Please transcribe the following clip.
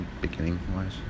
beginning-wise